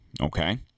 Okay